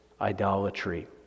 idolatry